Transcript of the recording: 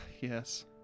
Yes